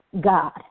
God